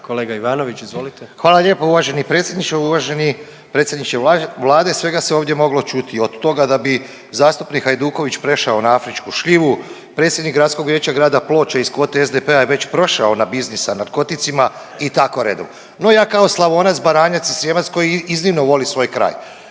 **Ivanović, Goran (HDZ)** Hvala lijepa uvaženi predsjedniče. Uvaženi predsjedniče Vlade svega se ovdje moglo čuti od toga da bi zastupnik Hajduković prešao na afričku šljivu, predsjednik Gradskog vijeća grada Ploče iz kvote SDP-a je već prošao na biznis s narkoticima i tako redom. No, ja kao Slavonac, Baranjac i Srijemac koji iznimno voli svoj kraj